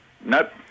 Nope